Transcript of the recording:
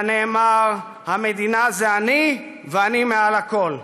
כנאמר: המדינה זה אני, ואני מעל לכול.